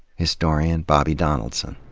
historian bobby donaldson.